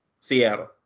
Seattle